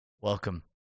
Welcome